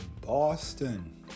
Boston